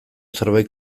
zerbait